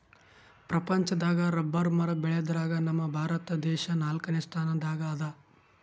ಪ್ರಪಂಚದಾಗ್ ರಬ್ಬರ್ ಮರ ಬೆಳ್ಯಾದ್ರಗ್ ನಮ್ ಭಾರತ ದೇಶ್ ನಾಲ್ಕನೇ ಸ್ಥಾನ್ ದಾಗ್ ಅದಾ